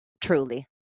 truly